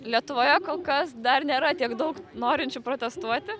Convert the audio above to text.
lietuvoje kol kas dar nėra tiek daug norinčių protestuoti